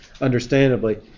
understandably